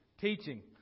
Teaching